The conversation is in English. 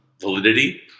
validity